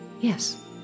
Yes